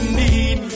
need